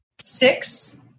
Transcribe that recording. six